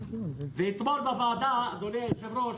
אדוני היושב-ראש,